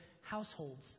households